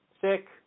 sick